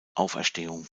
auferstehung